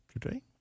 today